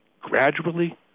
gradually